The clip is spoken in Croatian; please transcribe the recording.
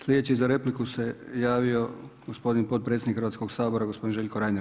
Sljedeći za repliku se javio gospodin potpredsjednik Hrvatskog sabora gospodin Željko Reiner.